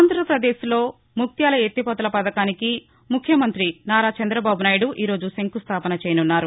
ఆంధ్రాపదేశ్లో ముక్తాల ఎత్తిపోతల పథకానికి ముఖ్యమంతి చంద్రబాబు నాయుడు ఈ రోజు శంకుస్థాపన చేయనున్నారు